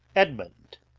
edmund,